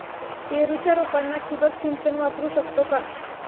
पेरूच्या रोपांना ठिबक सिंचन वापरू शकतो का?